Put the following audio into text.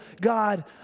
God